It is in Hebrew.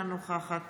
אינה נוכחת